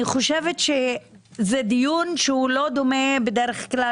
אני חושבת שזה דיון שהוא לא דומה בדרך כלל,